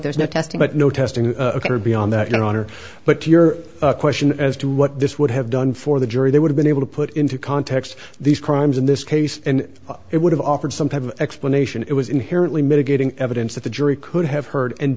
there's no testing but no testing beyond that your honor but to your question as to what this would have done for the jury they would have been able to put into context these crimes in this case and it would have offered some type of explanation it was inherently mitigating evidence that the jury could have heard and